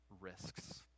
risks